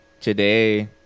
today